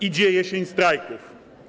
Idzie jesień strajków.